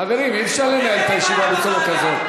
חברים, אי-אפשר לנהל את הישיבה בצורה כזאת.